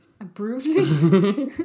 Abruptly